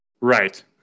Right